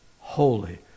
holy